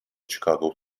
chicago